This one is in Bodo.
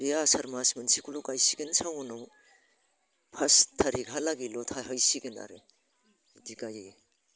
बे आसार मास मोनसेखौल' गायसिगोन सावनआव पास थारिखहालागिल' थाहैसिगोन आरो बिदि गायो